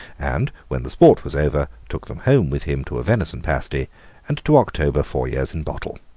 and, when the sport was over, took them home with him to a venison pasty and to october four years in bottle.